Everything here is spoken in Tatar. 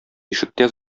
ишектә